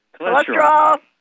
Cholesterol